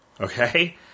Okay